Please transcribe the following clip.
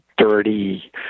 dirty